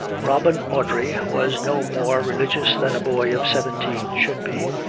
robin audrey was no more religious than a boy of seventeen should be.